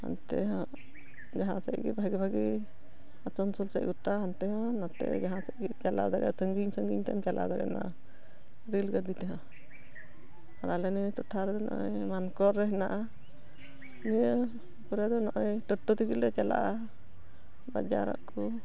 ᱚᱱᱛᱮ ᱦᱚᱸ ᱡᱟᱦᱟᱸ ᱥᱮᱫ ᱜᱮ ᱵᱷᱟᱜᱮ ᱵᱷᱟᱜᱮ ᱟᱥᱟᱱᱥᱳᱱ ᱥᱮᱫ ᱜᱚᱴᱟ ᱦᱟᱱᱛᱮ ᱦᱚᱸ ᱱᱚᱛᱮ ᱡᱟᱦᱟᱸ ᱥᱮᱫ ᱜᱤ ᱪᱟᱞᱟᱣ ᱫᱟᱲᱮᱭᱟᱜᱼᱟ ᱥᱟᱺᱜᱤᱧ ᱥᱟᱺᱜᱤᱧ ᱛᱮᱢ ᱪᱟᱞᱟᱣ ᱫᱟᱲᱮᱭᱟᱜᱼᱟ ᱱᱚᱣᱟ ᱨᱮᱹᱞ ᱜᱟ ᱰᱤ ᱛᱮᱦᱚᱸ ᱟᱞᱮ ᱱᱤᱭᱟᱹ ᱴᱚᱴᱷᱟ ᱨᱮ ᱢᱟᱱᱠᱚᱨ ᱨᱮ ᱦᱮᱱᱟᱜᱼᱟ ᱱᱤᱭᱟᱹ ᱠᱚᱨᱮ ᱫᱚ ᱱᱚᱜᱼᱚᱭ ᱴᱳᱛᱳ ᱛᱮᱜᱮ ᱞᱮ ᱪᱟᱞᱟᱜᱼᱟ ᱵᱟᱡᱟᱨᱚᱜ ᱠᱩ